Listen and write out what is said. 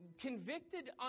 convicted